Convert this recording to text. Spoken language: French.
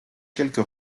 quelques